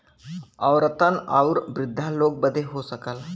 औरतन आउर वृद्धा लोग बदे हो सकला